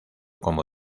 como